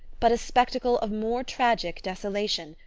but a spectacle of more tragic desolation,